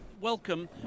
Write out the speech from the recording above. welcome